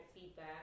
feedback